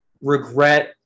regret